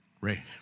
Ray